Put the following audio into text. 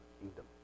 kingdom